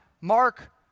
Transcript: Mark